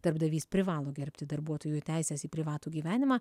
darbdavys privalo gerbti darbuotojų teises į privatų gyvenimą